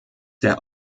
der